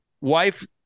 Wife